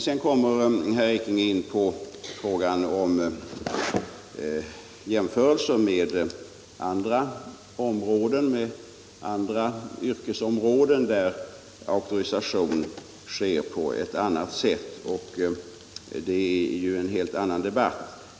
Sedan gör herr Ekinge jämförelser med andra yrkesområden, där auktorisationen skett på ett annat sätt. Men detta är ju en helt annan debatt.